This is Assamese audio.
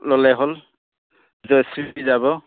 ল'লেই হ'ল যাব